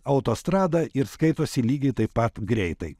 autostrada ir skaitosi lygiai taip pat greitai